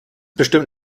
bestimmt